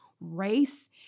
race